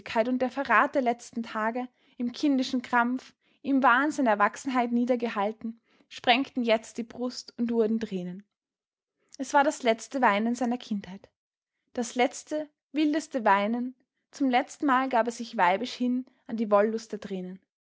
und der verrat der letzten tage im kindischen krampf im wahn seiner erwachsenheit niedergehalten sprengten jetzt die brust und wurden tränen es war das letzte weinen seiner kindheit das letzte wildeste weinen zum letztenmal gab er sich weibisch hin an die wollust der tränen